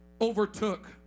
overtook